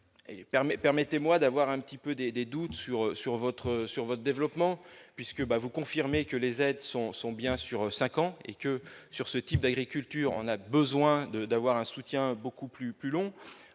permettez-moi d'avoir un petit peu des doutes sur sur votre sur votre développement puisque bah, vous confirmez que les aides sont sont bien sur 5 ans et que sur ce type d'agriculture, on a besoin de d'avoir un soutien beaucoup plus :